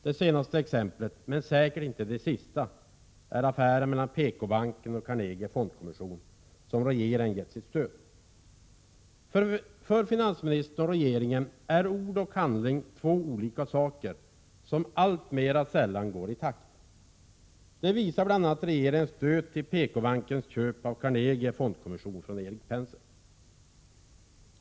Det senaste exemplet, men säkert inte det sista, är affären mellan PKbanken och Carnegie Fondkommission, som regeringen gett sitt stöd. För finansministern och regeringen är ord och handling två olika saker, som alltmera sällan går i takt. Det visar bl.a. regeringens stöd till PKbankens köp av Carnegie Fondkommission från Erik Penser.